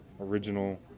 original